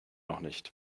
nicht